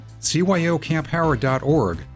cyocamphoward.org